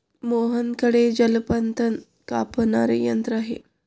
मोहनकडे जलतण कापणारे यंत्र आहे